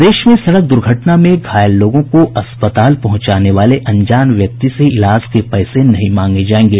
प्रदेश में सड़क द्र्घटना में घायल लोगों को अस्पताल पहुंचाने वाले अनजान व्यक्ति से इलाज के पैसे नहीं मांगे जायेंगे